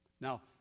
Now